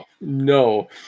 No